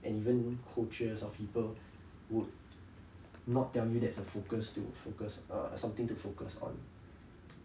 and even coaches or people would not tell you that's a focus to focus or something to focus on